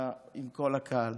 אתה עם כל הקהל.